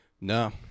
No